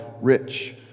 rich